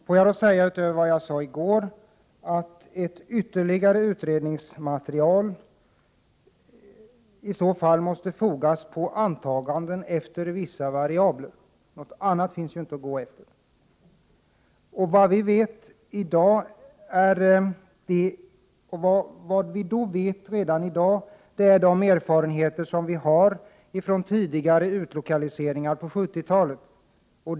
Får jag då säga, utöver vad jag sade i går, att ett ytterligare utredningsmaterialiså fall måste fotas på antaganden om vissa variabler. Något annat finns ju inte att gå efter. Vad vi vet i dag är erfarenheterna från tidigare utlokaliseringar på 1970-talet.